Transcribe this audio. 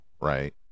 right